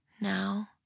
Now